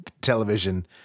television